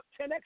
10X